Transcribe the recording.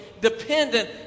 dependent